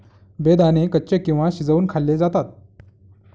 बेदाणे कच्चे किंवा शिजवुन खाल्ले जातात